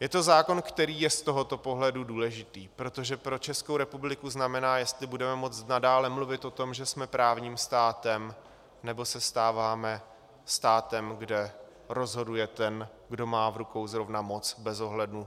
Je to zákon, který je z tohoto pohledu důležitý, protože pro Českou republiku znamená, jestli budeme moct nadále mluvit o tom, že jsme právním státem, nebo se stáváme státem, kde rozhoduje ten, kdo má v rukou zrovna moc, bez ohledu